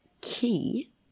key